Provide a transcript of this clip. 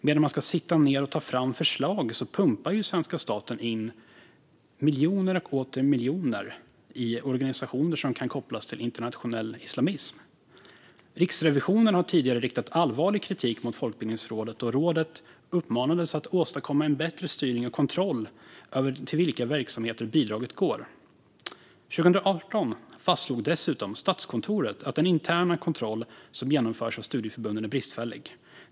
Medan man tar fram förslag pumpar svenska staten in miljoner och åter miljoner i organisationer som kan kopplas till internationell islamism. Riksrevisionen har tidigare riktat allvarlig kritik mot Folkbildningsrådet, och rådet uppmanades att åstadkomma en bättre styrning och kontroll över till vilka verksamheter bidragen går. År 2018 fastslog dessutom Statskontoret att den interna kontroll som genomförs av studieförbunden är bristfällig.